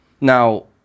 Now